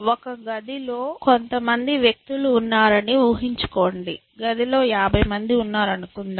ఒక గదిలో కొంతమంది వ్యక్తులు ఉన్నారని ఊహించుకోండి గదిలో 50 మంది ఉన్నారని అనుకుందాం